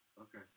Okay